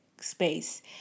space